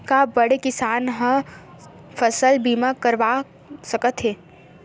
का बड़े किसान ह फसल बीमा करवा सकथे?